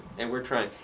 and we're trying.